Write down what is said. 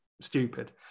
stupid